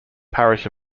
parish